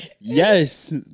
yes